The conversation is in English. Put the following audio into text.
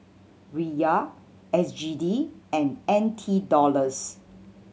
Riyal S G D and N T Dollars